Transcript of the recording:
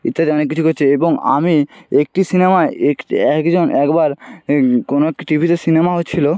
ইত্যাদি অনেক কিছু করছে এবং আমি একটি সিনামায় একটি একজন একবার এই কোনো একটা টিভিতে সিনেমা হচ্ছিলো